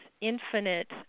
infinite